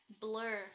blur